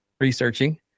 researching